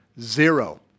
Zero